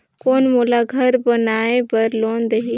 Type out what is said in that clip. कौन मोला घर बनाय बार लोन देही?